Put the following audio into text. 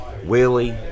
willie